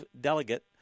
delegate